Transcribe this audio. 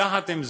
יחד עם זאת,